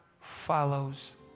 follows